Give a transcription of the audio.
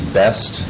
best